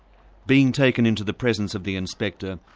being taken into the presence of the inspector,